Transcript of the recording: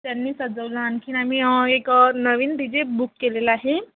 त्यांनी सजवला आणखीन आम्ही एक नवीन डी जे बुक केलेला आहे